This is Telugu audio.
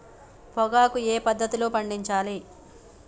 పొగాకు ఏ పద్ధతిలో పండించాలి?